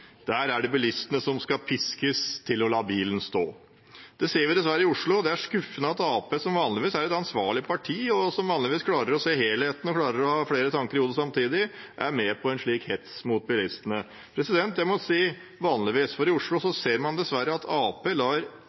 Der er det bilistene som skal piskes til å la bilen stå. Det ser vi dessverre i Oslo. Det er skuffende at Arbeiderpartiet, som vanligvis er et ansvarlig parti som klarer å se helheten og klarer å ha flere tanker i hodet samtidig, er med på en slik hets mot bilistene. Jeg må si «vanligvis», for i Oslo ser man dessverre at